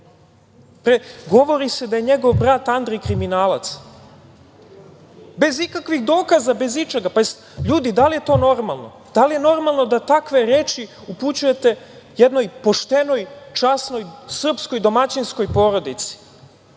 govori se da je njegov brat Andrej kriminalac, bez ikakvih dokaza, bez ičega. Ljudi, da li to normalno? Da li je normalno da takve reči upućujete jednoj poštenoj, časnoj, srpskoj domaćinskoj porodici? Čak